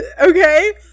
okay